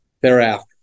thereafter